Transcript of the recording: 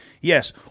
Yes